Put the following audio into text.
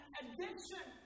addiction